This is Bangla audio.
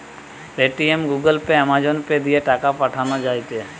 Paytm, Google pay, Amazon pay দিয়ে টাকা পাঠান যায়টে